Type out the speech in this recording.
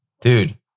dude